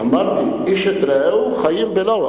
אמרתי, איש את רעהו חיים בלעו.